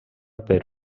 per